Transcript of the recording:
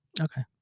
Okay